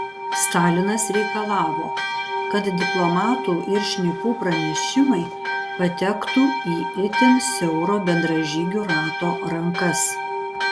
stalinas reikalavo kad diplomatų ir šnipų pranešimai patektų į itin siauro bendražygių rato rankas